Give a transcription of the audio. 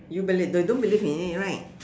you believe no you don't believe in it right